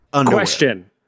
Question